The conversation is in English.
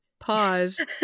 Pause